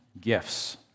gifts